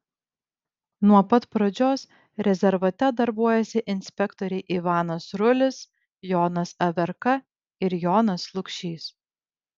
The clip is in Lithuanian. nuo pat pradžios rezervate darbuojasi inspektoriai ivanas rulis jonas averka ir jonas lukšys